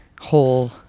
whole